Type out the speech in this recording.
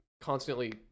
constantly